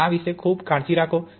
તેથી આ વિશે ખૂબ કાળજી રાખો